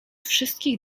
wszystkich